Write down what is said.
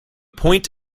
point